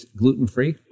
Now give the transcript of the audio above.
gluten-free